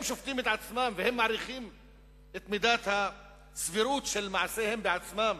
הם שופטים את עצמם והם מעריכים את מידת הסבירות של מעשיהם בעצמם,